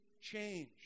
change